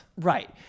Right